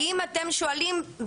האם אתם שואלים,